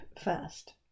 first